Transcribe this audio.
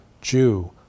Jew